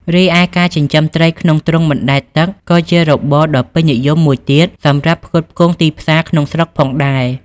រីឯ ការចិញ្ចឹមត្រីក្នុងទ្រុងបណ្ដែតទឹកក៏ជារបរដ៏ពេញនិយមមួយទៀតសម្រាប់ផ្គត់ផ្គង់ទីផ្សារក្នុងស្រុកផងដែរ។